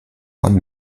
von